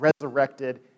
resurrected